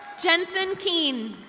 jenson keen.